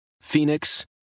Phoenix